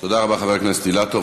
תודה רבה, חבר הכנסת אילטוב.